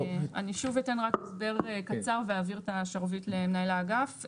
אני שוב אתן רק הסבר קצר ואעביר את השרביט למנהל האגף.